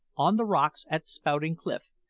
on the rocks at spouting cliff,